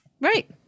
Right